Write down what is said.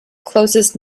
closest